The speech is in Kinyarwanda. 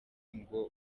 ngo